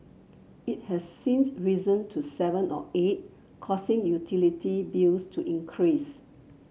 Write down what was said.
it has since risen to seven or eight causing utility bills to increase